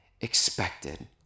expected